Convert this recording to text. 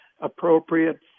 appropriate